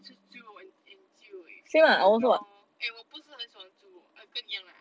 吃猪头 and and 鸡肉而已 ya lor and 我不是很喜欢猪肉我跟你讲啦